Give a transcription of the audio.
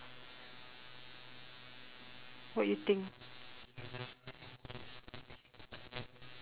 what you think